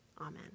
Amen